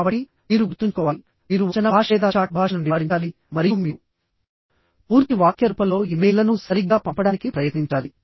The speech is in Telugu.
కాబట్టి మీరు గుర్తుంచుకోవాలి మీరు వచన భాష లేదా చాట్ భాషను నివారించాలి మరియు మీరు పూర్తి వాక్య రూపంలో ఇమెయిల్లను సరిగ్గా పంపడానికి ప్రయత్నించాలి